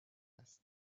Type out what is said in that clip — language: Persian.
است